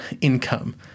income